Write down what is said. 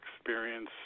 experience